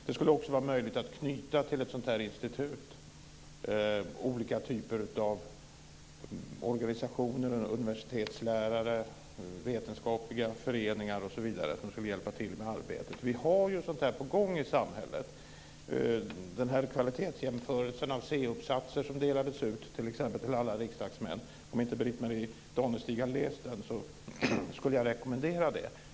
Det skulle också vara möjligt att till ett sådant här institut knyta olika typer av organisationer, universitetslärare, vetenskapliga föreningar osv. som skulle hjälpa till i arbetet. Vi har ju saker på gång i samhället. Jag tänker t.ex. på kvalitetsjämförelsen av C-uppsatser som delats ut till alla riksdagsmän. Om inte Britt-Marie Danestig har läst den skulle jag vilja rekommendera den.